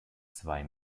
zwei